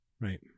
Right